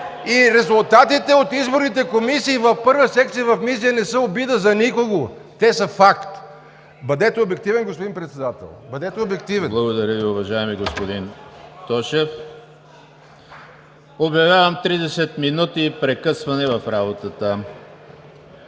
И резултатите от изборните комисии в първа секция в Мизия не са обида за никого, те са факт. Бъдете обективен, господин Председател, бъдете обективен! ПРЕДСЕДАТЕЛ ЕМИЛ ХРИСТОВ: Благодаря Ви, уважаеми господин Тошев. Обявявам 30 минути прекъсване в работата.